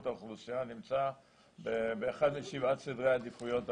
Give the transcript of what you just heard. האוכלוסייה נמצא באחד משבעה סדרי העדיפויות הלאומיים,